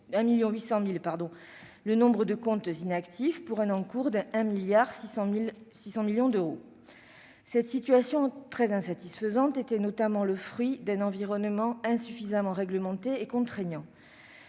million de comptes inactifs, pour un encours de 1,6 milliard d'euros. Cette situation très insatisfaisante était notamment le fruit d'un environnement insuffisamment réglementé et contraignant.